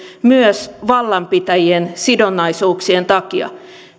myös vallanpitäjien sidonnaisuuksien takia